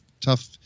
tough